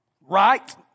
Right